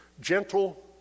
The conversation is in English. gentle